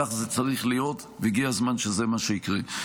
כך זה צריך להיות, והגיע הזמן שזה מה שיקרה.